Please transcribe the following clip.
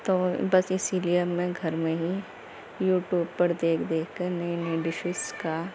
تو بس اسی لیے اب میں گھر میں ہی یوٹیوب پر دیکھ دیکھ کر نئی نئی ڈشیز کا